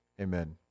Amen